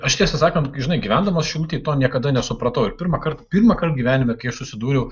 aš tiesą sakant žinai gyvendamas šilutėj to niekada nesupratau ir pirmąkart pirmąkart gyvenime susidūriau